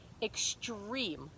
extreme